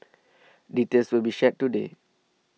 details will be shared today